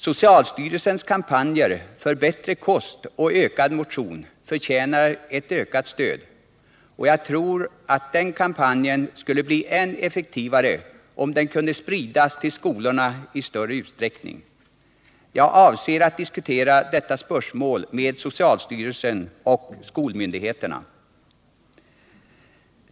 Socialstyrelsens kampanj för bättre kost och ökad motion förtjänar ett ökat stöd, och jag tror att den skulle bli än effektivare om den kunde spridas till skolorna i större utsträckning. Jag avser att diskutera detta spörsmål med socialstyrelsen och skolmyndigheterna.